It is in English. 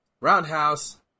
Roundhouse